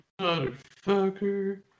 motherfucker